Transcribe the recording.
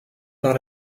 par